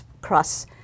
cross